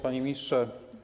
Panie Ministrze!